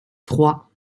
trois